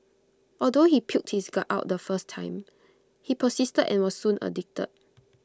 although he puked his guts out the first time he persisted and was soon addicted